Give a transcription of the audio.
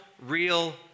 real